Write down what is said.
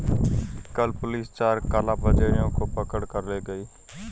कल पुलिस चार कालाबाजारियों को पकड़ कर ले गए